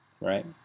right